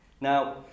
Now